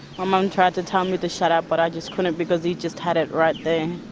um um tried to tell me to shut up but i just couldn't because he just had it right there.